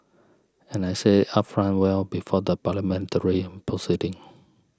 and I said upfront well before the Parliamentary proceedings